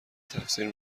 تفسیر